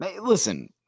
listen